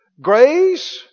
grace